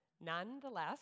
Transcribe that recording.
Nonetheless